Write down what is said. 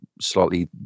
slightly